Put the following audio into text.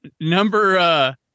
number